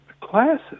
classes